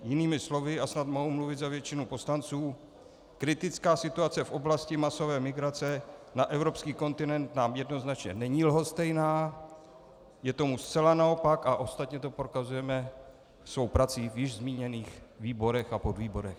Jinými slovy, a snad mohu mluvit za většinu poslanců, kritická situace v oblasti masové migrace na evropský kontinent nám jednoznačně není lhostejná, je tomu zcela naopak, a ostatně to prokazujeme svou prací v již zmíněných výborech a podvýborech.